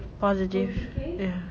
positive ya